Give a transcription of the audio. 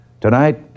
Tonight